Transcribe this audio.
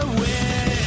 win